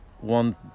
one